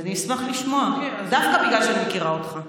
אני אשמח לשמוע, דווקא בגלל שאני מכירה אותך.